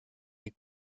les